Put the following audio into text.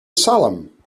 salem